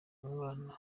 umwana